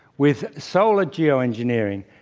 with solar geoengineering,